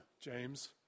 James